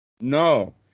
No